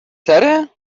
تره